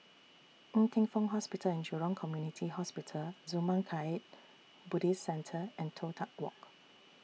Ng Teng Fong Hospital and Jurong Community Hospital Zurmang Kagyud Buddhist Centre and Toh Tuck Walk